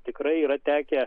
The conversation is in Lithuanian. tikrai yra tekę